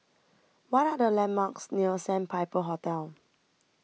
What Are The landmarks near Sandpiper Hotel